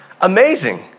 Amazing